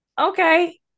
okay